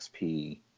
XP